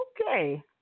Okay